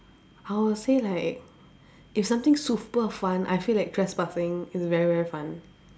I would say like if something super fun I feel like trespassing is very very fun